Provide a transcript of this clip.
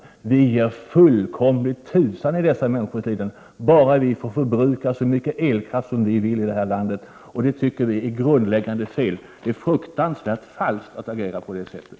Vi struntar fullkomligt i människornas lidanden i dessa länder bara vi får förbruka så mycket elkraft vi vill i det här landet. Vi i miljöpartiet tycker att det är grundläggande fel. Det är fruktansvärt falskt att agera på det sättet.